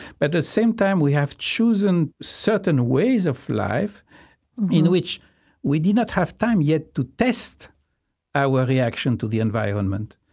but at the same time, we have chosen certain ways of life in which we did not have time yet to test our reaction to the environment.